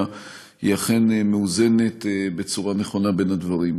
היא אכן מאוזנת בצורה נכונה בין הדברים.